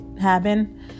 happen